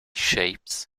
shapes